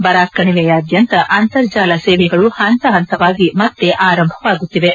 ಬರಾಕ್ ಕಣಿವೆಯಾದ್ಯಂತ ಅಂತರ್ಜಾಲ ಸೇವೆಗಳು ಹಂತಹಂತವಾಗಿ ಮತ್ತೆ ಆರಂಭವಾಗುತ್ತಿವೆ